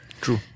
True